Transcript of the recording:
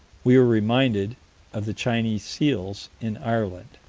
we are reminded of the chinese seals in ireland.